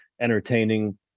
entertaining